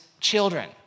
children